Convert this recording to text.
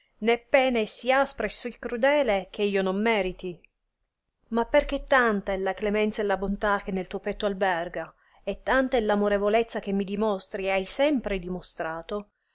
né pena é sì aspra e sì crudele che io non meriti ma perché tanta è la clemenza e la bontà che nel tuo petto alberga e tanta é l'amorevolezza che mi dimostri e hai sempre dimostrato